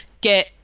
get